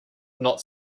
not